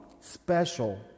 special